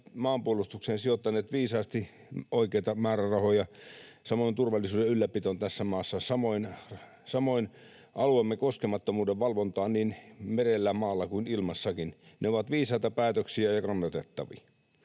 maanpuolustukseen sijoittaneet viisaasti oikeita määrärahoja, samoin turvallisuuden ylläpitoon tässä maassa, samoin alueemme koskemattomuuden valvontaan niin merellä, maalla kuin ilmassakin. Ne ovat viisaita päätöksiä ja kannatettavia.